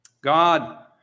God